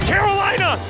Carolina